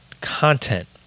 content